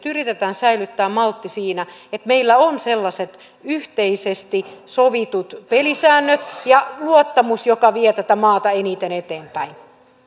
yritetään säilyttää maltti siinä että meillä on sellaiset yhteisesti sovitut pelisäännöt ja luottamus joka vie tätä maata eniten eteenpäin